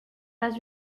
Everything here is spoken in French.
pas